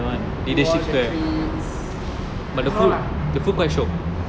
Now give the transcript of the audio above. put all the clips that's all lah